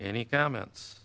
any comments